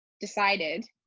decided